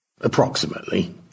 Approximately